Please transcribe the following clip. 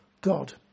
God